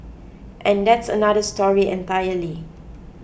and that's another story entirely